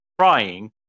trying